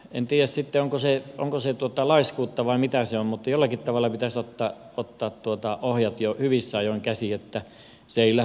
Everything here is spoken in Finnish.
en tiedä sitten onko se laiskuutta vai mitä se on mutta jollakin tavalla pitäisi ottaa ohjat jo hyvissä ajoin käsiin